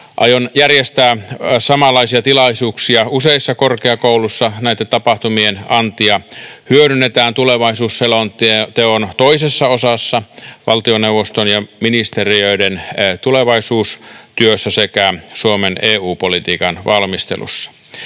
Aion järjestää samanlaisia tilaisuuksia useissa korkeakouluissa. Näitten tapahtumien antia hyödynnetään tulevaisuusselonteon toisessa osassa, valtioneuvoston ja ministeriöiden tulevaisuustyössä sekä Suomen EU-politiikan valmistelussa.